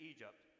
Egypt